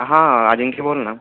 हां अजिंक्य बोल ना